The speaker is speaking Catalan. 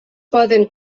poden